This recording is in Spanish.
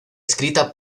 escrita